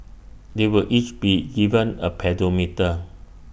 they will each be given A pedometer